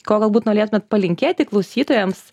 ko galbūt nolėtumėt palinkėti klausytojams